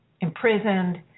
imprisoned